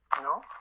No